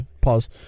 pause